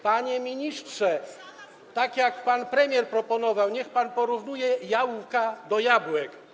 Panie ministrze, tak jak pan premier proponował, niech pan porównuje jabłka do jabłek.